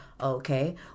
okay